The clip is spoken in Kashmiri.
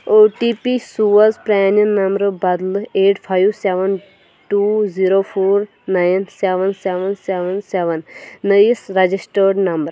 او ٹی پی سوز پرٛانہِ نمبرٕ بدلہٕ eight five seven two zero four nine seven seven seven seven نٔیِس ریجسٹرڈ نمبرَس